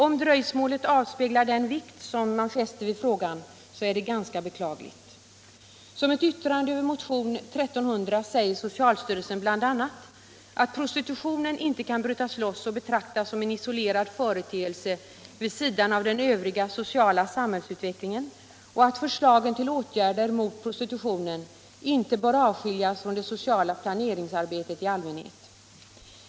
Om dröjsmålet avspeglar den vikt som man fäster vid frågan så är det ganska beklapligt. I sitt yttrande över motionen 1300 säger socialstyrelsen bl.a. att prostilutionen inte kan brytas loss och betraktas som en isolerad företeclse vid sidan av den övriga sociala samhällsutvecklingen och att förslagen tuill åtgärder mot prostitutionen inte bör avskiljas från det sociala planeringsarbetet i allmänhet.